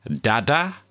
Dada